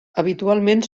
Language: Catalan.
habitualment